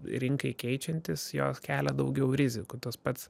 rinkai keičiantis jos kelia daugiau rizikų tas pats